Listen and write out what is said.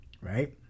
Right